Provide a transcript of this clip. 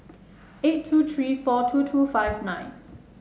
eight two three four two two five nine